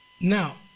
Now